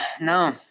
no